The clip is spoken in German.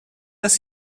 dass